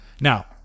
Now